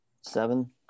Seven